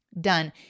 Done